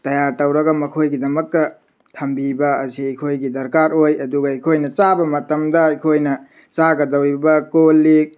tyre ꯇꯧꯔꯒ ꯃꯈꯣꯏꯒꯤꯗꯃꯛꯇ ꯊꯝꯕꯤꯕ ꯑꯁꯤ ꯑꯩꯈꯣꯏꯒꯤ ꯗꯔꯀꯥꯔ ꯑꯣꯏ ꯑꯗꯨꯒ ꯑꯩꯈꯣꯏꯅ ꯆꯥꯕ ꯃꯇꯝꯗ ꯑꯩꯈꯣꯏꯅ ꯆꯥꯒꯗꯧꯔꯤꯕ ꯀꯣꯜꯂꯤꯛ